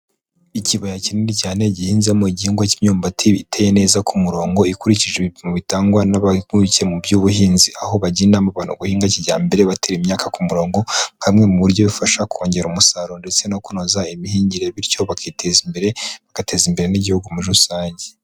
Ikibaya kinini cyane gihinzemo igigwa cy'imyumbati iteye neza ku murongo, ikurikije ibipimo bitangwa n'abahugukiye mu by'ubuhinzi, aho bagira inama abantu guhinga kijyambere batera imyaka ku murongo, nka bumwe mu buryo bufasha kongera umusaruro ndetse no kunoza imihingire, bityo bakiteza imbere, bagateza imbere n'igihugu muri rusange.